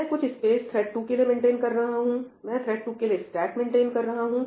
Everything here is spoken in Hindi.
मैं कुछ स्पेस थ्रेड 2 के लिए मेंटेन कर रहा हूं मैं थ्रेड 2 के लिए स्टैक मेंटेन कर रहा हूं